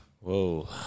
Whoa